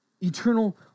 Eternal